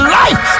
life